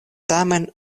tamen